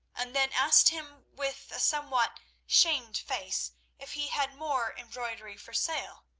and then asked him with a somewhat shamed face if he had more embroidery for sale,